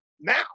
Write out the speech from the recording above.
now